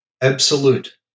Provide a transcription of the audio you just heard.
absolute